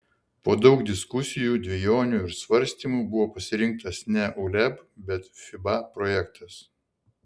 po daug diskusijų dvejonių ir svarstymų buvo pasirinktas ne uleb bet fiba projektas